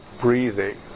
breathing